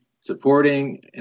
supporting